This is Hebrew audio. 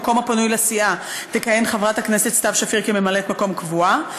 במקום הפנוי לסיעה תכהן חברת הכנסת סתיו שפיר כממלאת מקום קבועה.